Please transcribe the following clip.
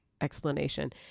explanation